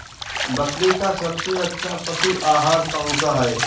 बकरी का सबसे अच्छा पशु आहार कौन सा है?